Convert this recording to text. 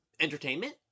Entertainment